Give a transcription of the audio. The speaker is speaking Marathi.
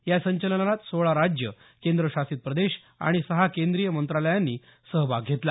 या संचलनात सोळा राज्यं केंद्रशासित प्रदेश आणि सहा केंद्रीय मंत्रालयांनी सहभाग घेतला